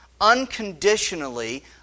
Unconditionally